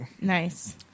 nice